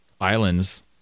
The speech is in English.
Islands